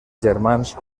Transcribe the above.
germans